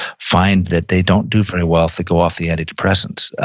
find that they don't do very well if they go off the antidepressants,